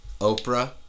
Oprah